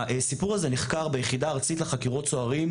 הסיפור הזה נחקר ביחידה הארצית לחקירות סוהרים,